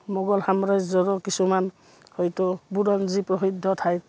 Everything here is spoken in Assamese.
মোগল সাম্ৰাজ্যৰো কিছুমান হয়তো বুৰঞ্জী প্ৰসিদ্ধ ঠাইত